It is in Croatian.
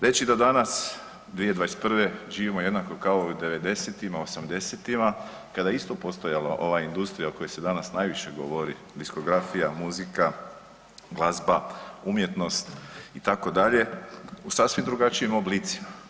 Reći da danas 2021. živimo jednako kao u '90.-tima, '80.-tima kada je isto postojala ova industrija o kojoj se danas najviše govori, diskografija, muzika, glazba, umjetnost itd., u sasvim drugačijim oblicima.